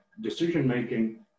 decision-making